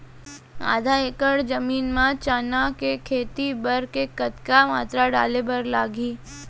आधा एकड़ जमीन मा चना के खेती बर के कतका मात्रा डाले बर लागही?